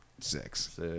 Six